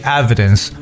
evidence